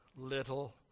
Little